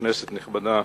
כנסת נכבדה,